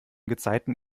gezeiten